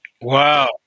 Wow